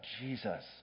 Jesus